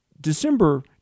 December